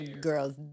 girls